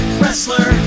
wrestler